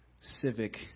civic